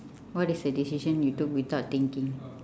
what is the decision you took without thinking